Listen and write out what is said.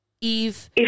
Eve